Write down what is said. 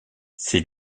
c’est